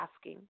asking